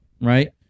right